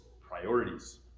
priorities